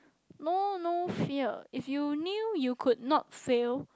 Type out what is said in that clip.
know no fear if you knew you could not fail